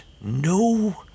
no